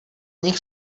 nich